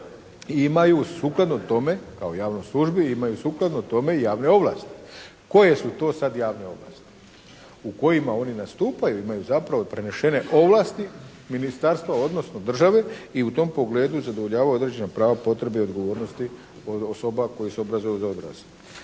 imaju sukladno tome, kao javnoj službi imaju sukladno tome javne ovlasti. Koje su to sad javne ovlasti? U kojima oni nastupaju, imaju zapravo prenešene ovlasti ministarstva, odnosno države i u tom pogledu zadovoljavaju određena prava, potrebe i odgovornosti od osoba koje se obrazuju za odrasle.